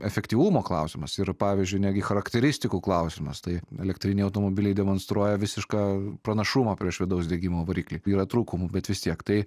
efektyvumo klausimas ir pavyzdžiui netgi charakteristikų klausimas tai elektriniai automobiliai demonstruoja visišką pranašumą prieš vidaus degimo variklį yra trūkumų bet vis tiek tai